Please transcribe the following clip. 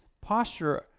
posture